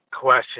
question